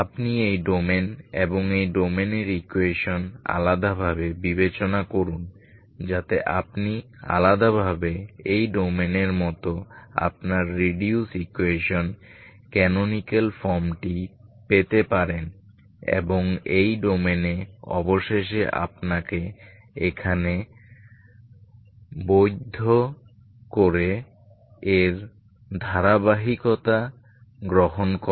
আপনি এই ডোমেন এবং এই ডোমেনের ইকুয়েশন আলাদাভাবে বিবেচনা করুন যাতে আপনি আলাদাভাবে এই ডোমেনের মত আপনার রিডিউস ইকুয়েশন ক্যানোনিকাল ফর্মটি পেতে পারেন এবং এই ডোমেনে অবশেষে আপনাকে এখানে বৈধ করে এর ধারাবাহিকতা গ্রহণ করে